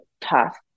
tough